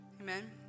amen